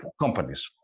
companies